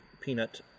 peanut